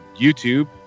youtube